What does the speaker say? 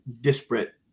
disparate